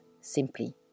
simply